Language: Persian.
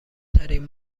ترین